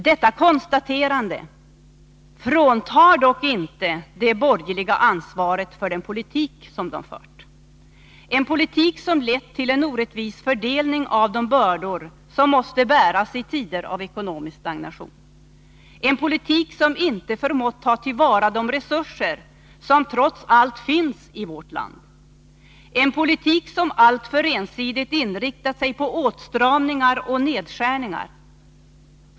Detta konstaterande fråntar dock inte de borgerliga ansvaret för den politik som de fört — en politik som lett till en orättvis fördelning av de bördor som måste bäras i tider av ekonomisk stagnation, en politik som inte förmått ta till vara de resurser som trots allt finns i vårt land, en politik som alltför ensidigt inriktat sig på åtstramningar och nedskärningar.